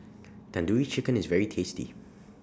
Tandoori Chicken IS very tasty